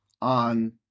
on